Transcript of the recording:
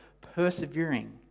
persevering